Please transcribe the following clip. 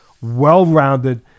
well-rounded